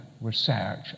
research